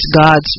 God's